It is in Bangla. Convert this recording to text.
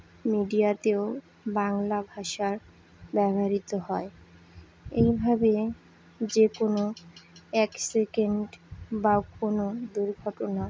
মিডিয়াতেও বাংলা ভাষার ব্যবহৃত হয় এইভাবে যে কোনো এক সেকেন্ড বা কোনো দুর্ঘটনা